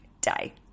day